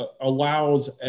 allows